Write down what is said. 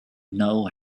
know